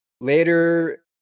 Later